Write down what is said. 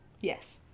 yes